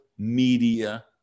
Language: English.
media